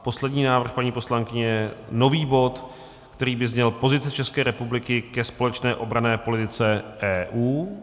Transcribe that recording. Poslední návrh paní poslankyně je nový bod, který by zněl Pozice České republiky ke společné obranné politice EU.